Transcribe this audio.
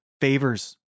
favors